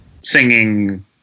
singing